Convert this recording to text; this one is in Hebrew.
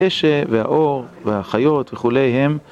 אשv, והאור, והחיות, וכולי הם.